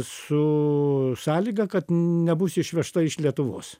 su sąlyga kad nebus išvežta iš lietuvos